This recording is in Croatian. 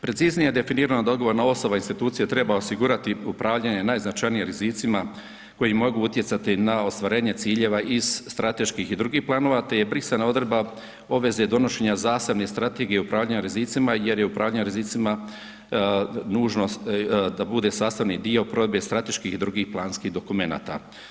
Preciznije definirano da odgovorna osoba institucije treba osigurati upravljanje najznačajnijim rizicima koji mogu utjecati na ostvarenje ciljeva iz strateških i drugih planova te je brisana odredba obveze donošenja zasebne strategije upravljanja rizicima jer je upravljanje rizicima nužno da bude sastavni dio provedbe strateških i drugih planskih dokumenata.